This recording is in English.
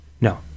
No